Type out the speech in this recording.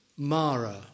Mara